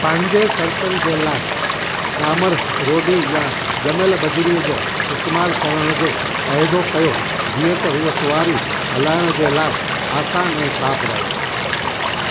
पंहिंजे सड़कुनि जे लाइ के लिए डामर रोडी या ज॒मियलु बजरी जे इस्तेमालु करण जो अहदु कयो जीअं त उहा सवारी हलाइण जे लाइ आसान ऐं साफ़ु रहनि